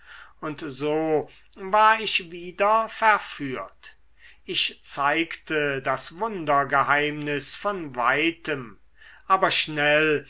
und so war ich wieder verführt ich zeigte das wundergeheimnis von weitem aber schnell